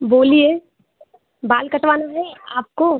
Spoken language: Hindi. बोलिए बाल कटवाना है आपको